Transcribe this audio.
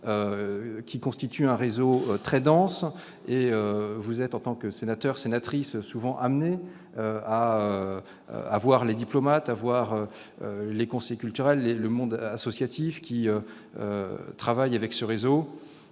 qui constitue un réseau très dense- vous êtes, en tant que sénateurs et sénatrices, souvent amenés à rencontrer les diplomates, les conseillers culturels et le monde associatif travaillant avec ce réseau